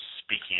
speaking